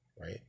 right